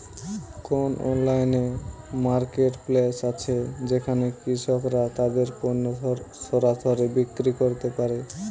কোন online marketplace আছে যেখানে কৃষকরা তাদের পণ্য সরাসরি বিক্রি করতে পারে?